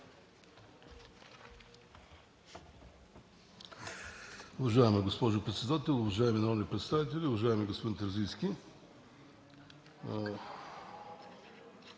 Уважаема госпожо Председател, уважаеми народни представители! Уважаеми господин Терзийски,